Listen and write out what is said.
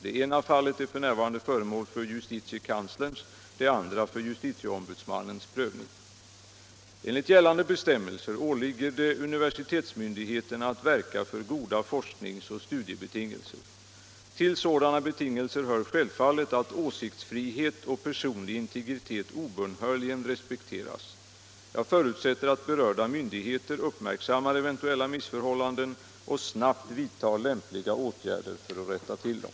Det ena fallet är f.n. föremål för justitiekanslerns, det andra för justitieombudsmannens prövning. Enligt gällande bestämmelser åligger det universitetsmyndigheterna att verka för goda forskningsoch studiebetingelser. Till sådana betingelser hör självfallet att åsiktsfrihet och personlig integritet obönhörligen respekteras. Jag förutsätter att berörda myndigheter uppmärksammar eventuella missförhållanden och snabbt vidtar lämpliga åtgärder för att rätta till dem.